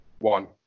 One